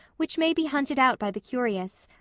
which may be hunted out by the curious,